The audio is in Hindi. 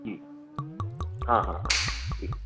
जी हाँ हाँ हाँ ठीक